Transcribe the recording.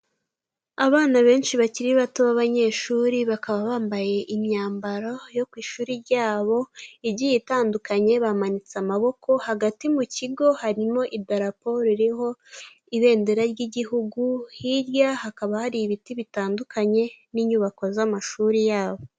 Ibana benshi bakiri bato b'abanyeshuri, bakaba bambaye imyambaro yo ku ishuri ryabo igiye itandukanye bamanitse amaboko, hagati mu kigo harimo idaraporo ririho ibendera ry'igihugu, hirya hakaba hari ibiti bitandukanye n'inyubako z'amashuri yabo.